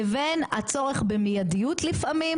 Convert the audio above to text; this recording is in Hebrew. לבין הצורך במיידיות לפעמים,